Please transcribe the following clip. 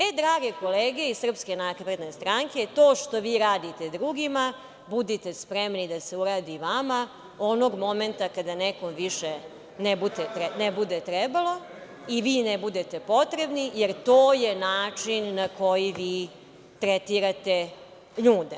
E, drage kolege iz SNS, to što vi radite drugima, budite spremni da se uradi i vama onog momenta kada neko više ne bude trebao i vi ne budete potrebni, jer to je način na koji vi tretirate ljude.